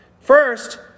First